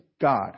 God